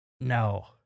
No